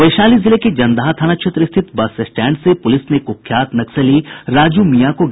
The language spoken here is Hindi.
वैशाली जिले के जंदाहा थाना क्षेत्र स्थित बस स्टैंड से पुलिस ने कुख्यात नक्सली राजू मियां को गिरफ्तार किया है